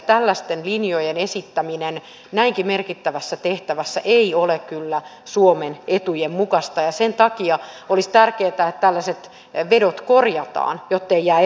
tällaisten linjojen esittäminen näinkin merkittävässä tehtävässä ei ole kyllä suomen etujen mukaista ja sen takia olisi tärkeää että tällaiset vedot korjataan jottei jää epäselvää